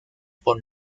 por